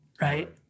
right